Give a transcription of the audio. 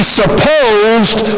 supposed